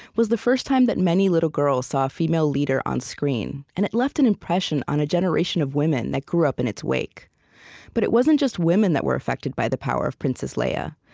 was the first time that many little girls saw a female leader on-screen. and it left an impression on a generation of women that grew up in its wake but it wasn't just women that were affected by the power of princess leia.